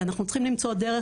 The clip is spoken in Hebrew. ואנחנו צריכים למצוא דרך,